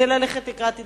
זה ללכת לקראת הידברות.